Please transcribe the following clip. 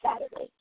Saturday